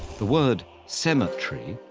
the word cemetery,